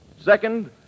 Second